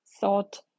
thought